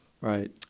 Right